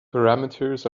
parameters